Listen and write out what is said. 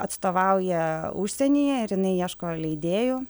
atstovauja užsienyje ir jinai ieškojo leidėjų